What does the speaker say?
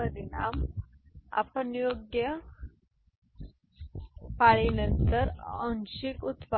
this particular class